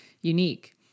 unique